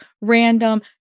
random